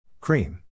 Cream